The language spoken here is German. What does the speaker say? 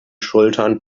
schultern